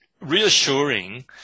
reassuring